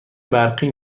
برقی